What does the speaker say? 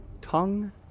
tongue